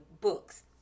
books